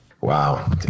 Wow